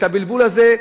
את הבלבול הזה,